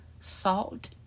salt